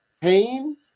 pain